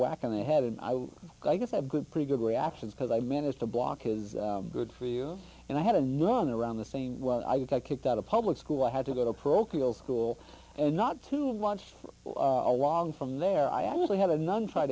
whack on the head and i would have good pretty good reactions because i managed to block his good for you and i had a nun around the same well i got kicked out of public school i had to go to parochial school and not to watch along from there i actually had a nun tr